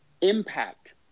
impact